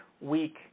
weak